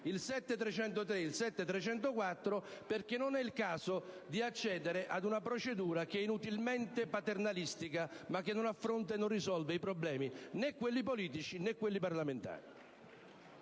7.303 e 7.304, perché non è il caso di accedere ad una procedura che è inutilmente paternalistica, ma che non affronta e non risolve i problemi, né quelli politici né quelli parlamentari.